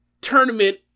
tournament